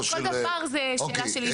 הרי אם, כל דבר זה שאלה של איזונים.